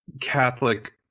Catholic